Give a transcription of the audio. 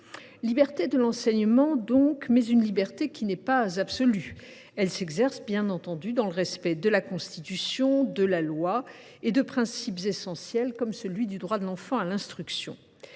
liberté d’enseignement existe, mais cette liberté n’est pas absolue : elle s’exerce, bien entendu, dans le respect de la Constitution, de la loi et de principes essentiels, tels que celui du droit de l’enfant à l’instruction.